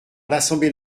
l’assemblée